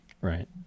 right